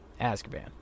azkaban